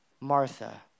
Martha